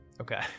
Okay